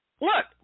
look